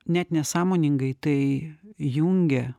net nesąmoningai tai jungia